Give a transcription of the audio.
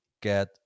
get